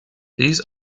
these